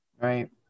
right